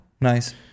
nice